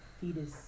fetus